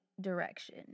direction